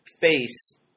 face